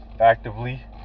actively